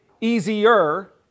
easier